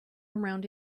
around